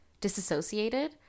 disassociated